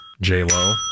J-Lo